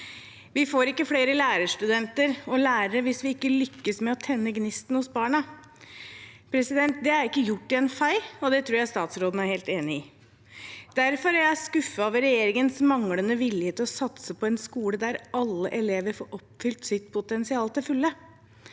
Vi får ikke flere lærerstudenter og lærere hvis vi ikke lykkes med å tenne gnisten hos barna. Det er ikke gjort i en fei, og det tror jeg statsråden er helt enig i. Derfor er jeg skuffet over regjeringens manglende vilje til å satse på en skole der alle elever får oppfylt sitt potensial til fulle,